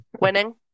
winning